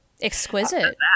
Exquisite